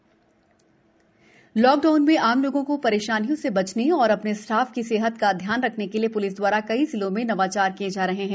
लिस नवाचार lockdown में आम लोगों को रेशानियों से बचने और अ ने स्टाफ की सेहत का ध्यान रखने के लिए पुलिस द्वारा कई जिलों में नवाचार किये जा रहे हैं